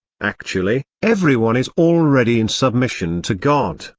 actually, everyone is already in submission to god,